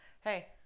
Hey